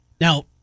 Now